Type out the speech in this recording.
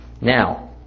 Now